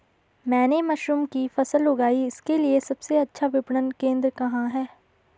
मैंने मशरूम की फसल उगाई इसके लिये सबसे अच्छा विपणन केंद्र कहाँ है?